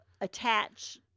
attach